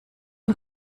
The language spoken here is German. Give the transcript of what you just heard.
ein